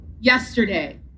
yesterday